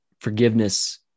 forgiveness